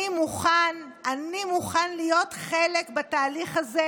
"אני מוכן" אני מוכן להיות חלק בתהליך הזה,